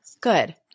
Good